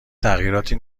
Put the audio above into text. تغییراتی